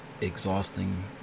exhausting